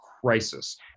crisis